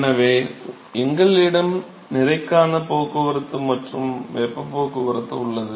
எனவே எங்களிடம் நிறைக்கான போக்குவரத்து மற்றும் வெப்ப போக்குவரத்து உள்ளது